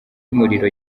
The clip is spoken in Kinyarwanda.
y’umuriro